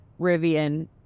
Rivian